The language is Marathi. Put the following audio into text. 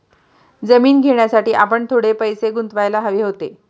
जमीन घेण्यासाठी आपण थोडे पैसे गुंतवायला हवे होते